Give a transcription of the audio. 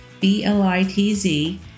B-L-I-T-Z